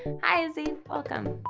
hi, izzy! welcome!